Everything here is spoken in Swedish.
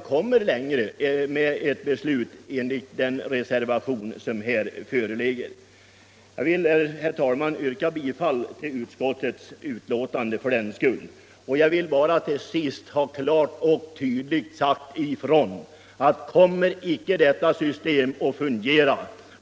kan komma längre genom ett beslut i enlighet med den moderatreservation som här har avgivits. Slutligen vill jag klart och tydligt säga ifrån, att om inte detta system visar sig fungera, så kommer vi tillbaka i ärendet från centerns sida. Herr talman!